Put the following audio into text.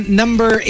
number